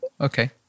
okay